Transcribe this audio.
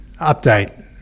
update